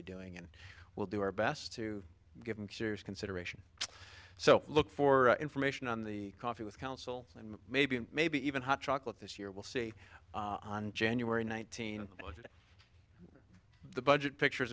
be doing and we'll do our best to give serious consideration so look for information on the coffee with counsel and maybe maybe even hot chocolate this year we'll see on january nineteenth the budget pictures